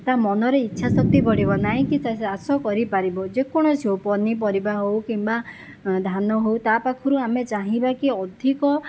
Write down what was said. ତା' ମନରେ ଇଚ୍ଛା ଶକ୍ତି ବଢ଼ିବ ନାହିଁ କି ସେ ଚାଷ କରିପାରିବ ଯେକୌଣସି ହେଉ ପନିପରିବା ହେଉ କିମ୍ବା ଧାନ ହେଉ ତା'ପାଖରୁ ଆମେ ଚାହିଁବା କି ଅଧିକ